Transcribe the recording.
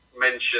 Mentioned